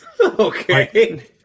Okay